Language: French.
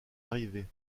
arrivée